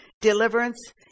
deliverance